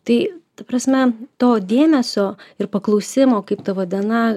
tai ta prasme to dėmesio ir paklausimo kaip tavo diena